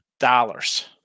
Dollars